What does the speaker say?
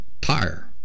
tire